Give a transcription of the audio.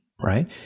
right